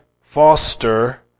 foster